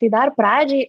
tai dar pradžiai